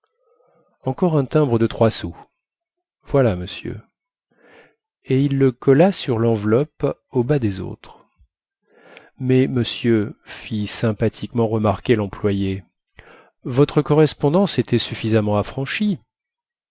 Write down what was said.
encore un timbre de trois sous voilà monsieur et il le colla sur lenveloppe au bas des autres mais monsieur fit sympathiquement remarquer lemployé votre correspondance était suffisamment affranchie